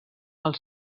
els